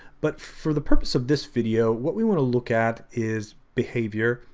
but for the purpose of this video, what we wanna look at is behavior,